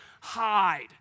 hide